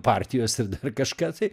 partijos ir dar kažką tai